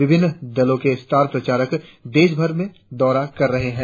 विभिन्न दलों के स्टार प्रचारक देशभर में दौरे कर रहे है